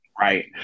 right